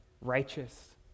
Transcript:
righteous